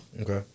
Okay